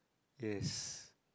yes